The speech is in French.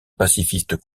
pacifiste